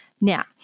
Now